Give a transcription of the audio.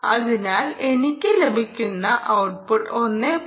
അതിനാൽ എനിക്ക് ലഭിക്കുന്ന ഔട്ട്പുട്ട് 1